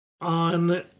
On